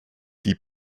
die